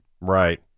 Right